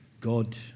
God